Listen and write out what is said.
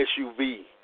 SUV